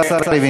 השר הבין.